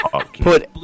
put